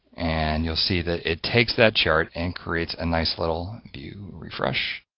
and you'll see that it takes that chart and creates a nice little, view refresh